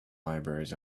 libraries